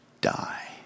die